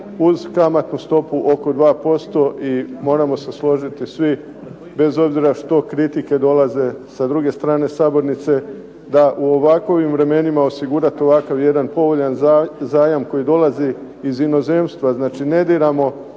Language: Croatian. uz kamatnu stopu oko 2% i moramo se složiti svi bez obzira što kritike dolaze sa druge strane sabornice da u ovakvim vremenima osigurati ovakav jedan povoljan zajam koji dolazi iz inozemstva, znači ne diramo